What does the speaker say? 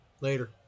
Later